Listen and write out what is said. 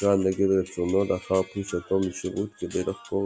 הנקרא נגד רצונו לאחר פרישתו משירות כדי לחקור